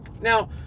Now